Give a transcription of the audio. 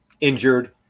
injured